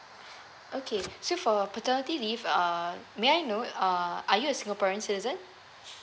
okay so for paternity leave uh may I know uh are you a singaporeans citizen